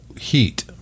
heat